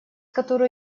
которую